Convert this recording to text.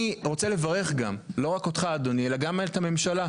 אני רוצה לברך גם לא רק אותך אדוני אלא גם את הממשלה,